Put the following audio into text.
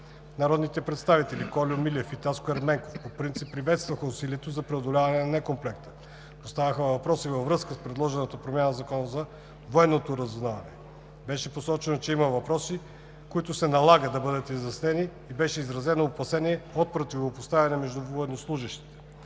Народните представители Кольо Милев и Таско Ерменков по принцип приветстваха усилията за преодоляване на некомплекта. Поставиха въпроси във връзка с предложената промяна в Закона за военното разузнаване. Беше посочено, че има въпроси, които се налага да бъдат изяснени, и беше изразено опасение от противопоставяне между военнослужещите.